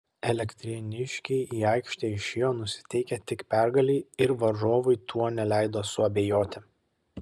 elektrėniškiai į aikštę išėjo nusiteikę tik pergalei ir varžovui tuo neleido suabejoti